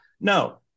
No